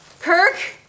Kirk